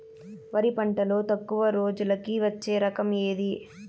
వరి పంటలో తక్కువ రోజులకి వచ్చే రకం ఏది?